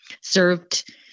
served